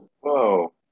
Whoa